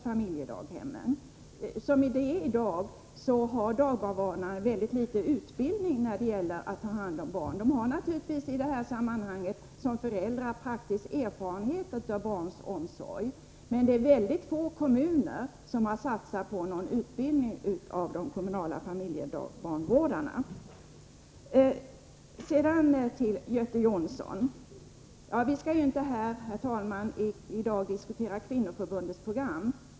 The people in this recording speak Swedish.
Familjedagbarnvårdarna har i dag i mycket liten utsträckning utbildning för att ta hand om barn. De har naturligtvis som föräldrar praktisk erfarenhet av barnomsorg, men mycket få kommuner har satsat på någon utbildning av de kommunala familjedagbarnvårdarna. Till Göte Jonsson vill jag säga att vi i dag inte skall diskutera Kvinnoförbundets program.